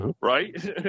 Right